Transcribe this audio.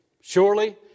Surely